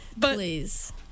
Please